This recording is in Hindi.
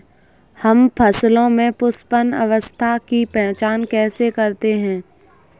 हम फसलों में पुष्पन अवस्था की पहचान कैसे करते हैं?